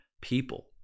people